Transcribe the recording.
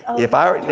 if i,